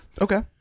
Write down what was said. okay